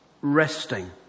resting